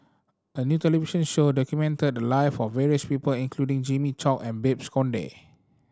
a new television show documented the live of various people including Jimmy Chok and Babes Conde